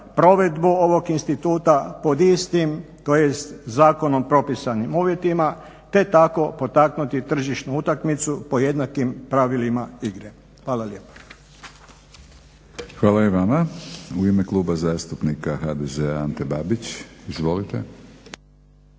Hvala i vama. U ime kluba zastupnika HDZ-a Ante Babić. Izvolite.